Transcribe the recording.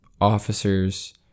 officers